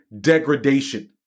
degradation